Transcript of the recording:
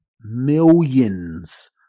millions